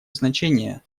значение